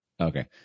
Okay